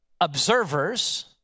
observers